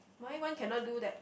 my one cannot do that